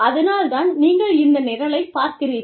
அதனால்தான் நீங்கள் இந்த நிரலைப் பார்க்கிறீர்கள்